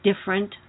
different